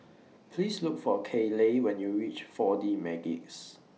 Please Look For Kayley when YOU REACH four D Magix